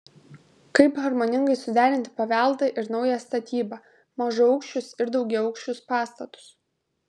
kaip harmoningai suderinti paveldą ir naują statybą mažaaukščius ir daugiaaukščius pastatus